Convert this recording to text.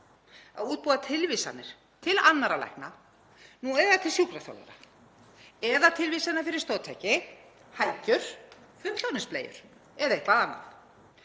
að útbúa tilvísanir til annarra lækna, nú eða til sjúkraþjálfara eða tilvísanir fyrir stoðtæki, hækjur, fullorðinsbleiur eða eitthvað annað.